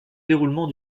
déroulement